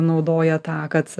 naudoja tą kad